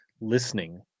listening